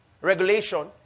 regulation